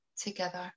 together